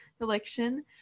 election